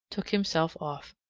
took himself off.